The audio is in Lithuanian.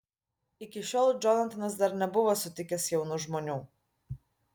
iki šiol džonatanas dar nebuvo sutikęs jaunų žmonių